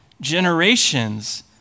Generations